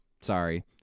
sorry